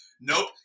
Nope